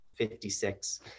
56